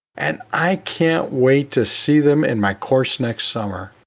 and i can't wait to see them in my course next summer.